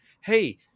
Hey